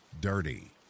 dirty